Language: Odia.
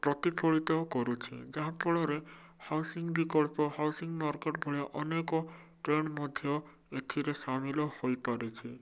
ପ୍ରତିଫଳିତ କରୁଛି ଯାହାଫଳରେ ହାଉସିଙ୍ଗ ବିକଳ୍ପ ହାଉସିଙ୍ଗ ମାର୍କେଟ୍ ଭଳିଆ ଅନେକ ଟ୍ରେଣ୍ଡ୍ ମଧ୍ୟ ଏଥିରେ ସାମିଲ ହୋଇପାରୁଛି